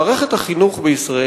מערכת החינוך בישראל,